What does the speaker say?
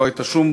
לא הייתה שום